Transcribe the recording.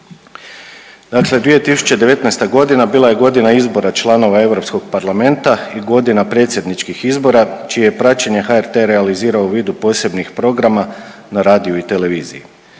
Dakle 2019. godina bila je godina izbora članova Europskog parlamenta i godina predsjedničkih izbora čije je praćenje HRT realizirao u vidu posebnih programa na radiju i televiziji.